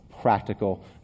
practical